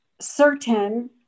certain